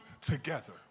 together